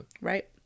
right